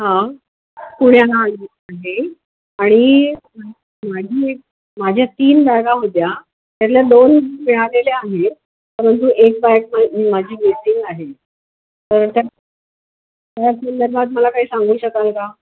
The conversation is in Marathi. हां पुण्याला आली आहे आणि माझी एक माझ्या तीन बॅगा होत्या त्यातल्या दोन मिळालेल्या आहेत परंतु एक बॅग माझी वेटिंग आहे तर त्या संदर्भात मला काही सांगू शकाल का